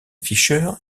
fischer